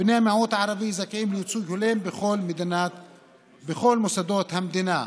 "בני המיעוט הערבי זכאים לייצוג הולם בכל מוסדות המדינה".